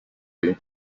bem